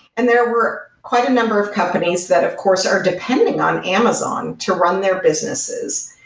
and there were quite a number of companies that of course are depending on amazon to run their businesses.